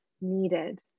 needed